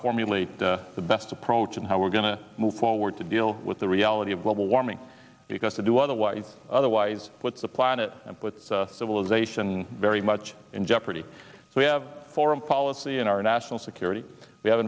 formulate the best approach in how we're going to move forward to deal with the reality of global warming because to do otherwise otherwise what's the planet and puts civilization very much in jeopardy so we have foreign policy in our national security we have